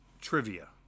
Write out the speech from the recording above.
trivia